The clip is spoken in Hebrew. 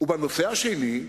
ובנושא השני,